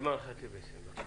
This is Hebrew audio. אימאן ח'טיב יאסין, בבקשה.